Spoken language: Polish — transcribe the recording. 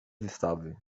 wystawy